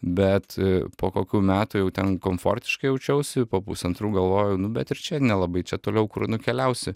bet po kokių metų jau ten komfortiškai jaučiausi po pusantrų galvoju nu bet ir čia nelabai čia toliau kur nukeliausi